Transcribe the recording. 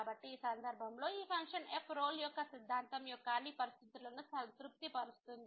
కాబట్టి ఈ సందర్భంలో ఈ ఫంక్షన్ f రోల్ యొక్క సిద్ధాంతం యొక్క అన్ని పరిస్థితులను సంతృప్తి పరుస్తుంది